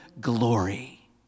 glory